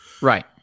Right